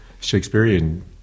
Shakespearean